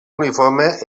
uniforme